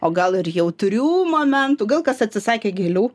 o gal ir jautrių momentų gal kas atsisakė gėlių